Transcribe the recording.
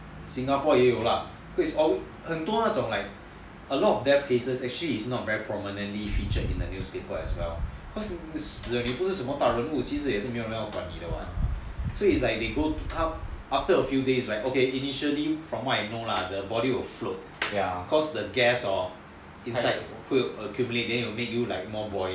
singapore 也有 lah 很多那种 like a lot of death cases actually is not very prominently featured in the newspaper as well cause 你死也不是什么大人问题其实也是没有人要管你的 [what] so it's like they go dump after a few days right they initially from what I know lah the body will float cause the gas hor inside will accumulate then will make you like more buoyant